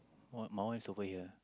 one my one is over here